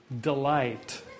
delight